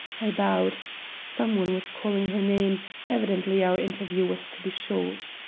i bowed some one was calling her name evidently our interview was to be short.